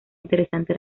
interesante